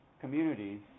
communities